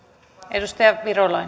arvoisa